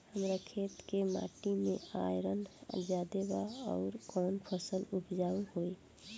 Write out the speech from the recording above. हमरा खेत के माटी मे आयरन जादे बा आउर कौन फसल उपजाऊ होइ?